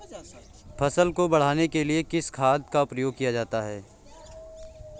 फसल को बढ़ाने के लिए किस खाद का प्रयोग किया जाता है?